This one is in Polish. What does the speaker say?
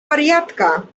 wariatka